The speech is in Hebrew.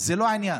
שזה לא העניין,